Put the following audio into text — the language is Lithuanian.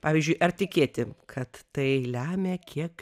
pavyzdžiui ar tikėti kad tai lemia kiek